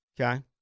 Okay